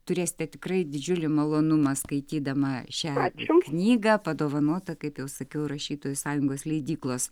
turėsite tikrai didžiulį malonumą skaitydama šią knygą padovanotą kaip jau sakiau rašytojų sąjungos leidyklos